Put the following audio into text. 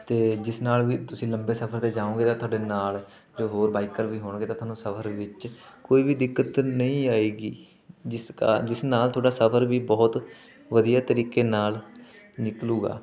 ਅਤੇ ਜਿਸ ਨਾਲ ਵੀ ਤੁਸੀਂ ਲੰਬੇ ਸਫ਼ਰ 'ਤੇ ਜਾਓਂਗੇ ਤਾਂ ਤੁਹਾਡੇ ਨਾਲ ਜੋ ਹੋਰ ਬਾਈਕਰ ਵੀ ਹੋਣਗੇ ਤਾਂ ਤੁਹਾਨੂੰ ਸਫ਼ਰ ਵਿੱਚ ਕੋਈ ਵੀ ਦਿੱਕਤ ਨਹੀਂ ਆਵੇਗੀ ਜਿਸ ਕਾ ਜਿਸ ਨਾਲ ਤੁਹਾਡਾ ਸਫ਼ਰ ਵੀ ਬਹੁਤ ਵਧੀਆ ਤਰੀਕੇ ਨਾਲ ਨਿਕਲੂਗਾ